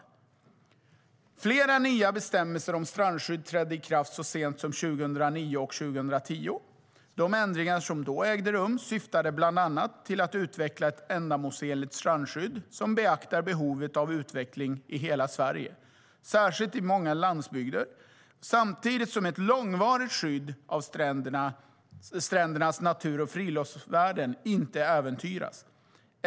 Flera nya bestämmelser om strandskydd trädde i kraft så sent som 2009 och 2010. De ändringar som då ägde rum syftade bland annat till att utveckla ett ändamålsenligt strandskydd som beaktar behovet av utveckling i hela Sverige, särskilt i många landsbygder, samtidigt som ett långvarigt skydd av strändernas natur och friluftsvärden inte äventyras.